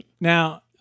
Now